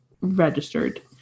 registered